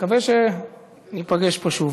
מקווה שניפגש פה שוב.